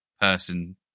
person